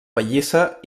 pallissa